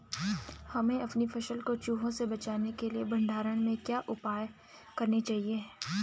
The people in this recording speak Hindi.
हमें अपनी फसल को चूहों से बचाने के लिए भंडारण में क्या उपाय करने चाहिए?